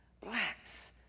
Blacks